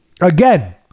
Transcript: again